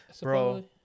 Bro